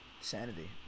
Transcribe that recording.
sanity